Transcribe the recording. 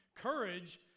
courage